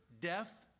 death